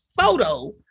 photo